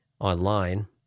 online